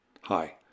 Hi